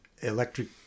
electric